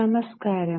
നമസ്കാരം